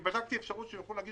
הם יוכלו להגיש.